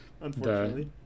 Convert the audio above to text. unfortunately